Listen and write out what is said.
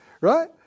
Right